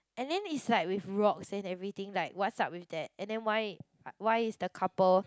and then is like with rock sand anything like what's up with that and then why why is the couple